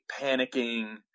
panicking